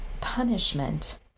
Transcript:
punishment